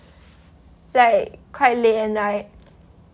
like quite late at night